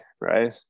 right